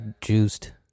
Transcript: juiced